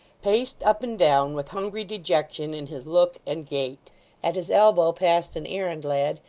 paced up and down with hungry dejection in his look and gait at his elbow passed an errand-lad,